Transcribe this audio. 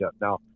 Now